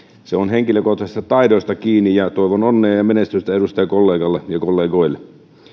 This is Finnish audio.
se on henkilökohtaisista taidoista kiinni ja toivon onnea ja menestystä edustajakollegalle ja kollegoille